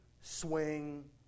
swing